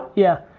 yeah,